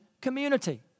community